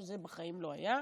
שזה בחיים לא היה.